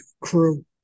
crew